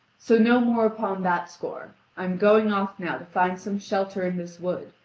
so no more upon that score i am going off now to find some shelter in this wood,